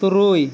ᱛᱩᱨᱩᱭ